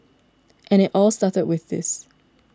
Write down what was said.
and it all started with this